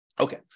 Okay